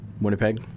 winnipeg